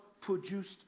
produced